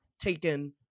taken